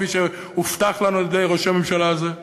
כפי שהובטח לנו על-ידי ראש הממשלה הזה,